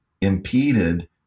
impeded